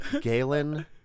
Galen